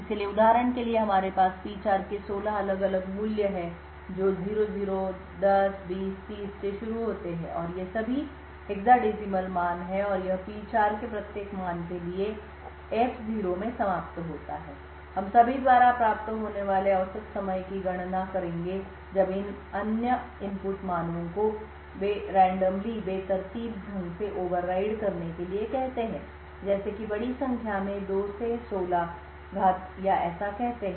इसलिए उदाहरण के लिए हमारे पास P4 के 16 अलग अलग मूल्य हैं जो 00 10 20 30 से शुरू होते हैं ये सभी हेक्साडेसिमल मान हैं और यह P4 के प्रत्येक मान के लिए F0 में समाप्त होता है हम सभी द्वारा प्राप्त होने वाले औसत समय की गणना करेंगे जब अन्य इनपुट मानों को बेतरतीब ढंग से ओवरराइड करने के लिए कहते हैं जैसे कि बड़ी संख्या में 2 16 या ऐसा कहते हैं